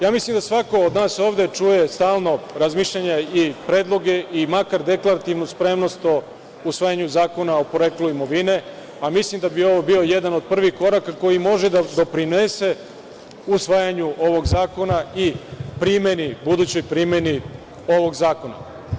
Ja mislim da svako od nas ovde čuje stalno razmišljanja i predloge i makar deklarativno spremnost o usvajanju zakona o poreklu imovine, a mislim da bi ovo bio jedan od prvih koraka koji može da doprinese usvajanju ovog zakona i budućoj primeni ovog zakona.